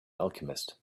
alchemist